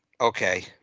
Okay